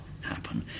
happen